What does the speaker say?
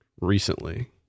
recently